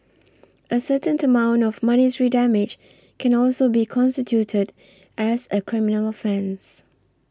a certain amount of monetary damage can also be constituted as a criminal offence